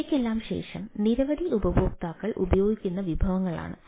ഇവയ്ക്കെല്ലാം ശേഷം നിരവധി ഉപയോക്താക്കൾ ഉപയോഗിക്കുന്ന വിഭവങ്ങളാണ്